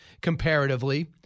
comparatively